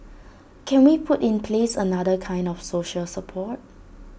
can we put in place another kind of social support